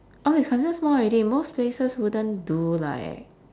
oh it's considered small already most places wouldn't do like